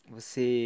Você